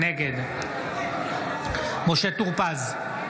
נגד משה טור פז,